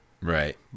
Right